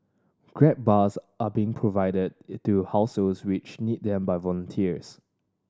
grab bars are being provided to households which need them by volunteers